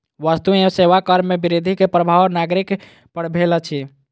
वस्तु एवं सेवा कर में वृद्धि के प्रभाव नागरिक पर भेल अछि